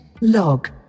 log